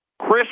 Chris